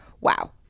wow